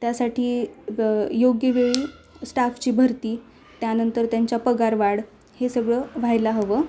त्यासाठी योग्य वेळी स्टाफची भरती त्यानंतर त्यांच्या पगारवाढ हे सगळं व्हायला हवं